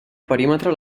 perímetre